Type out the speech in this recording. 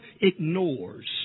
ignores